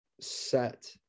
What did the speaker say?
set